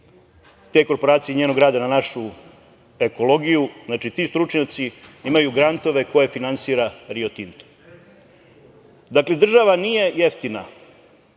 te korporacije i njenog rada na našu ekologiju, znači ti stručnjaci imaju grantove koje finansira „Rio Tinto“.Dakle, država nije jeftina,